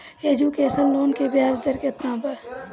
Education loan के ब्याज दर केतना बा?